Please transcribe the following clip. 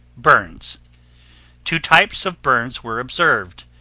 burns two types of burns were observed.